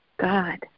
God